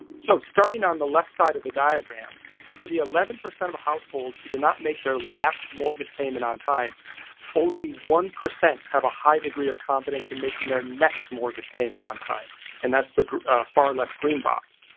so starting on the left side of the diagram for the eleven percent of households who did not make their last mortgage payment on time only one percent have a high degree of confidence in making their next mortgage payment on time and that's the far left green box.